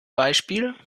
beispiel